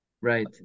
right